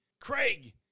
Craig